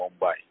Mumbai